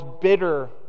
bitter